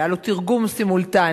והיה לו תרגום סימולטני,